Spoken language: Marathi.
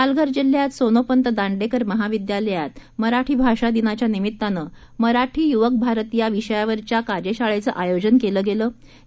पालघर जिल्ह्यात सोनोपंत दांडेकर महाविद्यालयात मराठी भाषा दिनाच्या निमीत्तानं मराठी युवकभारती या विषयावरच्या कार्यशाळेचं आयोजन केलं गेलं होतं